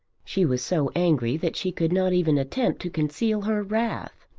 she was so angry that she could not even attempt to conceal her wrath.